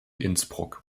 innsbruck